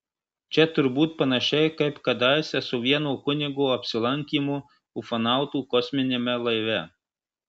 čia turbūt panašiai kaip kadaise su vieno kunigo apsilankymu ufonautų kosminiame laive